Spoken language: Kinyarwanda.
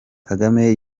kagame